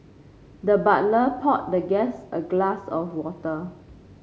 the butler poured the guest a glass of water